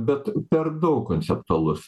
bet per daug konceptualus